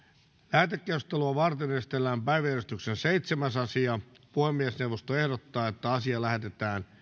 lähetekeskustelua varten esitellään päiväjärjestyksen seitsemäs asia puhemiesneuvosto ehdottaa että asia lähetetään